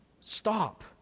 Stop